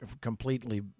completely